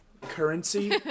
currency